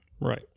Right